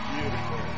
Beautiful